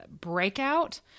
breakout